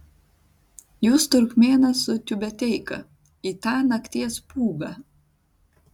jūs turkmėnas su tiubeteika į tą nakties pūgą